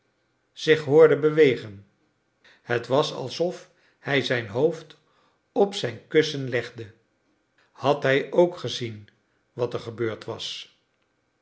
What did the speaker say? zich hoorde bewegen het was alsof hij zijn hoofd op zijn kussen legde had hij ook gezien wat er gebeurd was